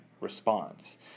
response